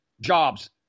Jobs